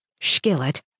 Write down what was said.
Skillet